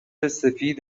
سفید